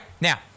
Now